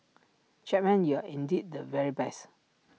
Chapman you are indeed the very best